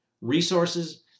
resources